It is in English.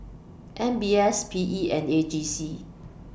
M B S P E and A G C